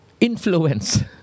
Influence